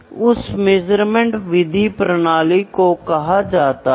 तो यह मेजरमेंट के लिए परिभाषा है